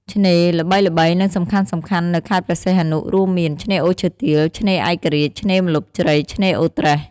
ឆ្នេរល្បីៗ និងសំខាន់ៗនៅខេត្តព្រះសីហនុ រួមមាន ឆ្នេរអូឈើទាល ឆ្នេរឯករាជ្យ ឆ្នេរម្លប់ជ្រៃ ឆ្នេរអូរត្រេស។